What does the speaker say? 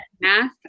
math